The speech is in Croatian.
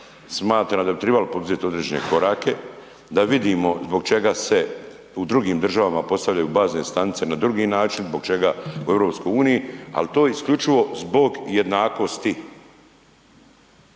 smatram da bi tribali poduzeti određene korake da vidimo zbog čega se u drugim državama postavljaju bazne stanice na drugi način, zbog čega u Europskoj uniji, ali to isključivo zbog jednakosti.